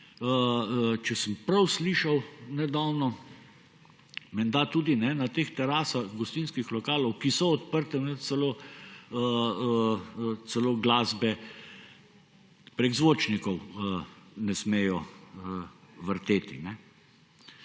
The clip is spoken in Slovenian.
nedavno prav slišal, menda tudi na terasah gostinskih lokalov, ki so odprte, celo glasbe prek zvočnikov ne smejo vrteti.